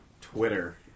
Twitter